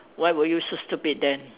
why were you so stupid then